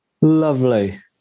Lovely